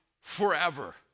forever